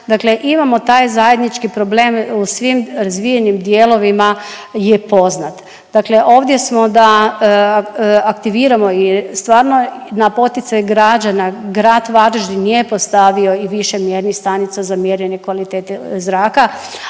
Dakle, imamo taj zajednički problem u svim razvijenim dijelovima je poznat. Dakle, ovdje smo da aktiviramo i stvarno na poticaj građana grad Varaždin je postavio i više mjernih stanica za mjerenje kvalitete zraka,